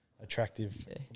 attractive